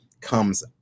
comes